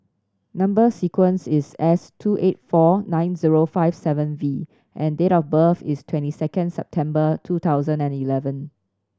number sequence is S two eight four nine zero five seven V and date of birth is twenty second September two thousand and eleven